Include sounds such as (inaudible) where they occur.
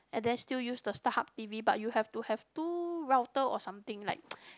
and then still use the Starhub t_v but you have to have two router or something like (noise)